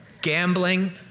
Gambling